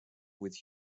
with